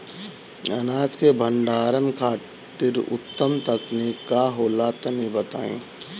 अनाज के भंडारण खातिर उत्तम तकनीक का होला तनी बताई?